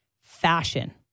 fashion